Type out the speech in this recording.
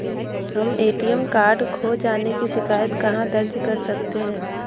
हम ATM card खो जाने की शिकायत कहाँ दर्ज कर सकते हैं?